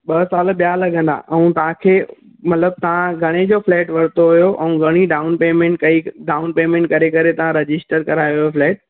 ॿ साल ॿिया लॻंदा ऐं तव्हां खे मतलबु तव्हां घणे जो फ्लेट वरितो हुयो ऐं घणी डाउन पेमेंट कई डाउन पेमेंट करे करे तव्हां रजिस्टर करायो फ्लेट